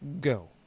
go